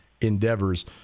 endeavors